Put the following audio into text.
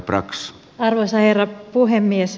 arvoisa herra puhemies